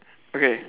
okay